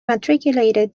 matriculated